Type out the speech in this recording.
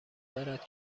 دارد